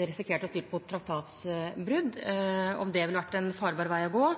risikert å styre mot traktatsbrudd. Om det ville vært en farbar vei å gå,